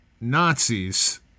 Nazis